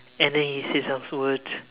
and then he said some words